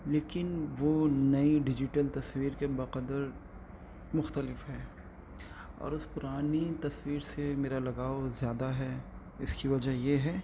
لیکن وہ نئی ڈیجیٹل تصویر کے بقدر مختلف ہے اور اس پرانی تصویر سے میرا لگاؤ زیادہ ہے اس کی وجہ یہ ہے